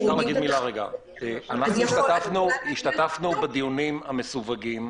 --- אנחנו השתתפנו בדיונים המסווגים,